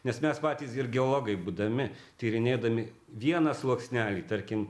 nes mes patys ir geologai būdami tyrinėdami vieną sluoksnelį tarkim